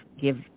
Give